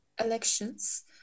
elections